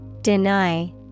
Deny